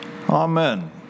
Amen